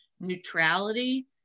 neutrality